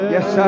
Yes